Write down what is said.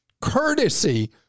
courtesy